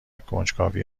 کنجکاوی